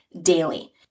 daily